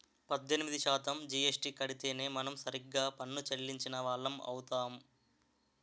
పద్దెనిమిది శాతం జీఎస్టీ కడితేనే మనం సరిగ్గా పన్ను చెల్లించిన వాళ్లం అవుతాం